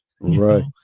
right